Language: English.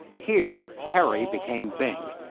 here, harry became bing,